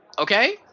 Okay